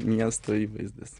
miesto įvaizdis